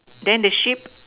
then the sheep